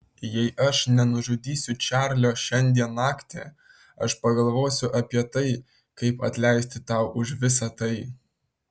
jei aš nenužudysiu čarlio šiandien naktį aš pagalvosiu apie tai kaip atleisti tau už visą tai